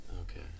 Okay